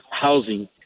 housing